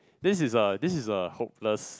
this is a this is a hopeless